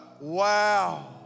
Wow